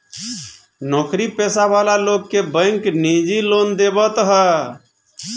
नोकरी पेशा वाला लोग के बैंक निजी लोन देवत हअ